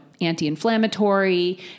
anti-inflammatory